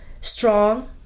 Strong